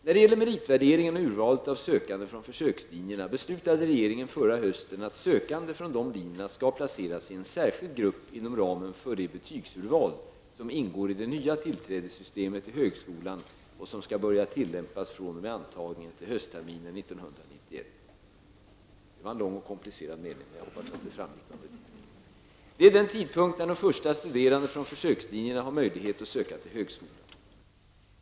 När det gäller meritvärderingen och urvalet av sökande från försökslinjerna beslutade regeringen förra hösten att sökande från dessa linjer skall placeras i en särskild grupp inom ramen för det betygsurval som ingår i det nya systemet för tillträde till högskolan och som skall börja tillämpas fr.o.m. antagningen till höstterminen 1991. Det är den tidpunkt när de första studerande från försökslinjerna har möjlighet att söka till högskolan.